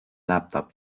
laptop